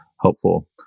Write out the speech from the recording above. helpful